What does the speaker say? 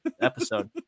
episode